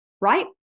right